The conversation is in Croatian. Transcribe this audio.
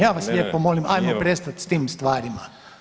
Ja vas lijepo molim hajmo prestat s tim stvarima.